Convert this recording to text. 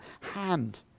hand